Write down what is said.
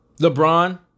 LeBron